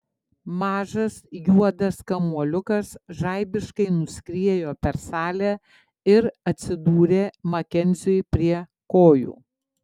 mažas juodas kamuoliukas žaibiškai nuskriejo per salę ir atsidūrė makenziui prie kojų